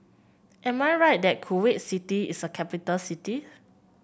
am I right that Kuwait City is a capital city